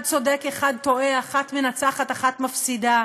אחד צודק, אחד טועה, אחת מנצחת, אחת מפסידה,